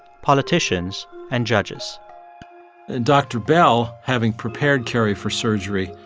politicians and judges dr. bell, having prepared carrie for surgery,